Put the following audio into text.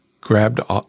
grabbed